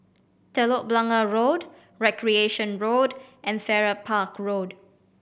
Telok Blangah Road Recreation Road and Farrer Park Road